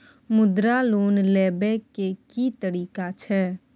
मुद्रा लोन लेबै के की तरीका छै?